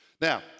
Now